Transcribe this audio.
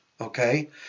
Okay